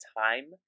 time